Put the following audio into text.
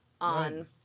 on